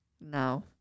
No